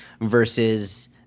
versus